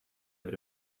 have